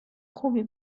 خوبی